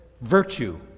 virtue